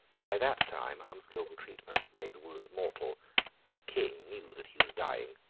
by that time unskilful treatment had made the wound mortal and the king knew that he was dying.